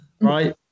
right